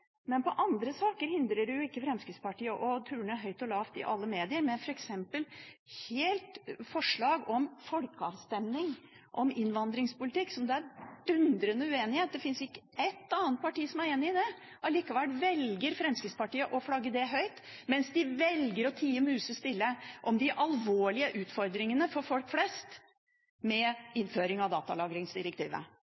Men andre saker hindrer jo ikke Fremskrittspartiet i å turne høyt og lavt i alle medier med f.eks. forslag om folkeavstemning om innvandringspolitikk, som det er dundrende uenighet om. Det finnes ikke ett annet parti som er enig i det. Allikevel velger Fremskrittspartiet å flagge det høyt, mens de velger å være musestille om de alvorlige utfordringene for folk flest